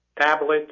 tablets